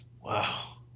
Wow